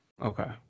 Okay